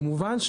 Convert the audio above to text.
כמובן,